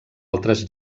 altres